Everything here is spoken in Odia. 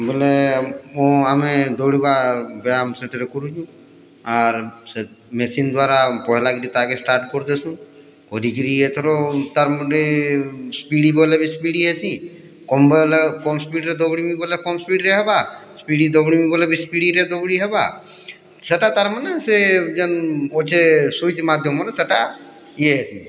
ବେଲେ ମୁଁ ଆମେ ଦୌଡ଼ିବା ବ୍ୟାୟାମ୍ ସେଥିରେ କରୁଛୁ ଆର୍ ସେ ମେସିନ୍ ଦ୍ଵାରା ପାହେଲାକିନି ତାହାକେ ଷ୍ଟାର୍ଟ୍ କରିଦେସୁଁ କରିକିରି ଏଥର ତାର୍ ମୁଣ୍ଡେ ସ୍ପିଡି କଲେ ବି ସ୍ପିଡି ଅଛି କମ୍ ହେଲେ କମ୍ ସ୍ପିଡ଼୍ରେ ଦୌଡ଼ିବି ବୋଲେ କମ୍ ସ୍ପିଡ଼୍ରେ ହେବା ସ୍ପିଡି ଦଉନେ ବୋଲି ସ୍ପିଡ଼୍ରେ ଦୌଡ଼ି ହେବା ସେଟା ତାର୍ମାନେ ସେ ଜାନ ଅଛେ ସ୍ଵିଚ୍ ମାଧ୍ୟମରେ ସେଟା ଇଏ